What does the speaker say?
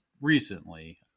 recently